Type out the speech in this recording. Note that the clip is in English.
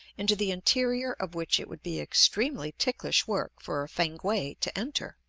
into the interior of which it would be extremely ticklish work for a fankwae to enter.